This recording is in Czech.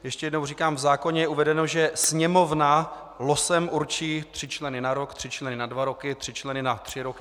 Ještě jednou říkám, v zákoně je uvedeno, že Sněmovna losem určí tři členy na rok, tři členy na dva roky, tří členy na tři roky atd.